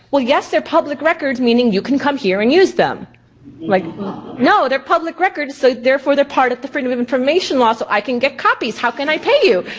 well yes they're public records, meaning you can come here and use them. i'm like no, they're public records so therefore they're part of the freedom of information law so i can get copies, how can i pay you?